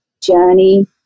journey